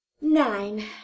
Nine